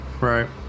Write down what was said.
Right